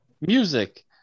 music